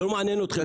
לא מעניין אתכם,